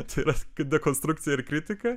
tai yra dekonstrukcija ir kritika